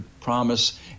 promise